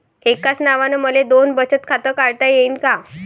एकाच नावानं मले दोन बचत खातं काढता येईन का?